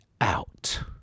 out